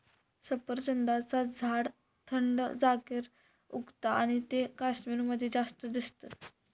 सफरचंदाचा झाड थंड जागेर उगता आणि ते कश्मीर मध्ये जास्त दिसतत